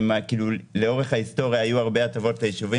לאורך ההיסטוריה היו הרבה הטבות לישובים